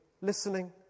Listening